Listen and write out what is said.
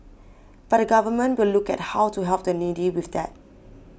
but the Government will look at how to help the needy with that